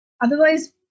otherwise